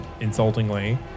insultingly